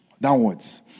downwards